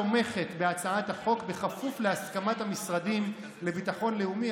הממשלה תומכת בהצעת החוק בכפוף להסכמת המשרדים לביטחון לאומי,